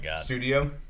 studio